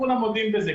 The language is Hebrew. כולם מודים בזה,